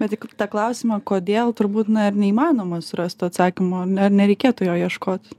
bet į tą klausimą kodėl turbūt na ir neįmanoma surast to atsakymo ar nereikėtų jo ieškot